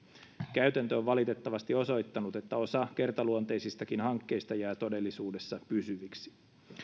käytäntö on valitettavasti osoittanut että osa kertaluonteisistakin hankkeista jää todellisuudessa pysyviksi